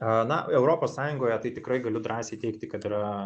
a na europos sąjungoje tai tikrai galiu drąsiai teigti kad yra